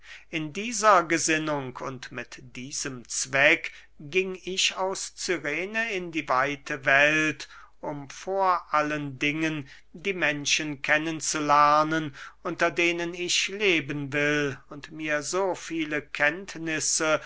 in dieser gesinnung und mit diesem zweck ging ich aus cyrene in die weite welt um vor allen dingen die menschen kennen zu lernen unter denen ich leben will und mir so viele kenntnisse